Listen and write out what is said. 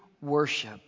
worship